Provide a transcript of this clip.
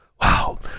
wow